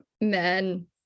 men